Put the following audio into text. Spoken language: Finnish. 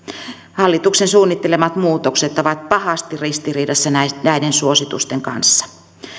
hallituksen suunnittelemat muutokset ovat pahasti ristiriidassa näiden näiden suositusten kanssa